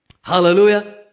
Hallelujah